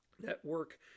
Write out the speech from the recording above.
network